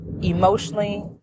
emotionally